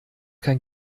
kein